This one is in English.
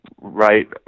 right